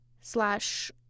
slash